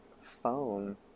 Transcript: phone